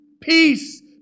Peace